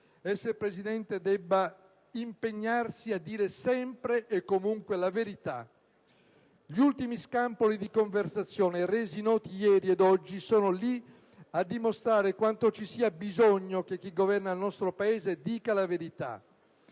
è se il Presidente debba impegnarsi a dire sempre e comunque la verità. Gli ultimi scampoli di conversazione resi noti ieri ed oggi sono lì a dimostrare quanto ci sia bisogno che chi governa il nostro Paese dica la verità.